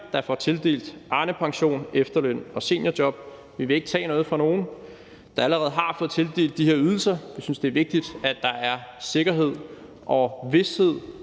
der får tildelt Arnepension, efterløn og seniorjob. Vi vil ikke tage noget fra nogen, der allerede har fået tildelt de her ydelser – vi synes, det er vigtigt, at der er sikkerhed og vished,